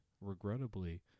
regrettably